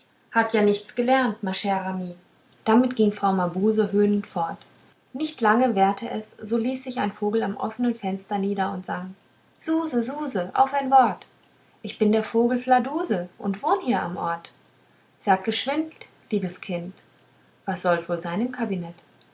hat ja nichts gelernt ma chre amie damit ging frau mabuse höhnend fort nicht lange währte es so ließ sich ein vogel am offenen fenster nieder und sang suse suse auf ein wort ich bin der vogel fladuse und wohn hier am ort sag geschwind liebes kind was sollte wohl sein im kabinett